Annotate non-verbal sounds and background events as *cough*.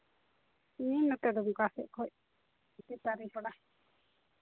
ᱤᱧ ᱱᱚᱛᱮ ᱫᱩᱢᱠᱟ ᱥᱮᱫ ᱠᱷᱚᱱ *unintelligible*